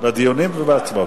בדיונים ובהצבעות.